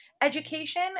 education